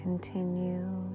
Continue